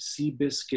Seabiscuit